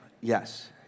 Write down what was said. yes